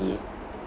the